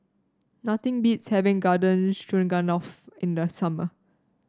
nothing beats having Garden Stroganoff in the summer